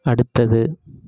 அடுத்தது